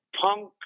punk